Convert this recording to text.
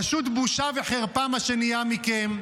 פשוט בושה וחרפה מה שנהיה מכם.